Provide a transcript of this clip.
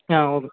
okay